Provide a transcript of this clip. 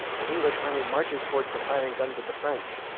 the english army marches toward the firing guns of the french.